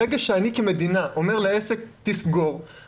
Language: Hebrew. ברגע שאני כמדינה אומר לעסק שיסגור,